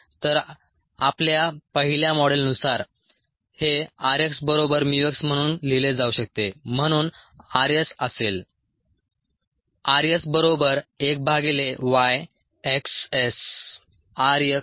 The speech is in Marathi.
तर आपल्या पहिल्या मॉडेलनुसार हे r x बरोबर mu x म्हणून लिहिले जाऊ शकते म्हणून r s असेल